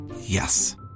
Yes